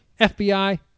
fbi